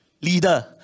leader